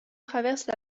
traverse